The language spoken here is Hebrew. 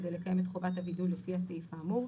כדי לקיים את חובת הווידוא לפי הסעיף האמור.